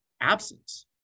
absence